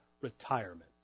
retirement